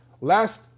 Last